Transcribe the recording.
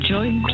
Join